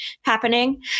happening